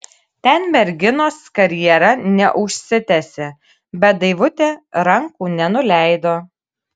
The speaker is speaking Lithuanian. ten merginos karjera neužsitęsė bet daivutė rankų nenuleido